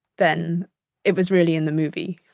then it was really in the movie.